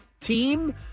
team